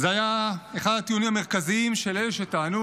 זה היה אחד הטיעונים המרכזיים של אלו שטענו